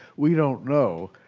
we don't know.